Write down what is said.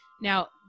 now